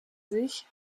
sich